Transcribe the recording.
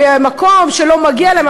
הם מהמקום שלא מגיע להם,